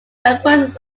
occurrences